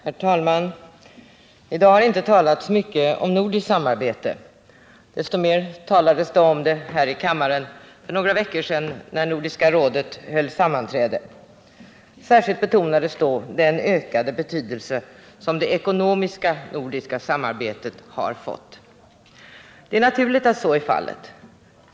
Herr talman! I dag har det inte talats mycket om nordiskt samarbete. Desto mer talades det om det här i kammaren för några veckor sedan när Nordiska rådet höll sammanträde. Särskilt betonades då den ökade betydelse som det ekonomiska nordiska samarbetet har fått. Det är naturligt att så är fallet.